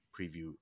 preview